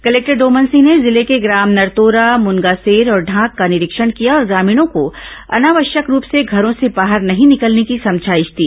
collector Doman Singh ने जिले के ग्राम नरतोरा मुनगासेर और ढांक का निरीक्षण किया और ग्रामीणों को अनावश्यक रूप से घरों से बाहर नहीं निकलने की समझाईश दी